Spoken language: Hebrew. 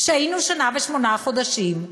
שהיינו שנה ושמונה חודשים,